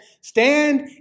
stand